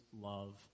love